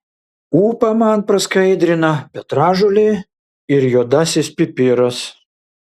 ūpą man praskaidrina petražolė ir juodasis pipiras